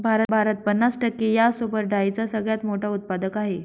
भारत पन्नास टक्के यांसोबत डाळींचा सगळ्यात मोठा उत्पादक आहे